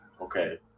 Okay